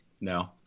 no